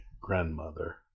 grandmother